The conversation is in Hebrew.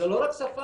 זה לא רק שפה.